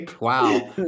Wow